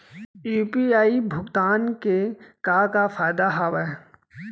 UPI भुगतान के का का फायदा हावे?